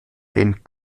den